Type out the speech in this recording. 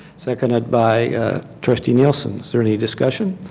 seconded by trustee nielsen. is there any discussion?